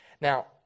Now